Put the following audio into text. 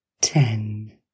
ten